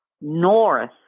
north